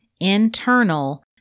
internal